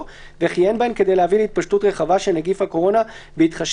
וכי אין בהן כדי להביא להתפשטות רחבה של נגיף הקורונה בהתחשב